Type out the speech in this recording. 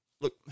Look